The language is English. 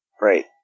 right